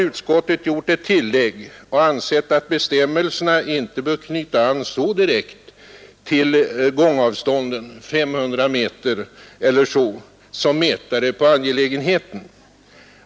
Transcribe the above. utskottet gjort ett tillägg och ansett att bestämmelserna inte bör knyta an så direkt till gångavstånden — 500 meter eller så — som mätare på angelägenheten.